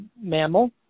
mammal